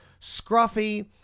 scruffy